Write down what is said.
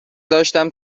داشتم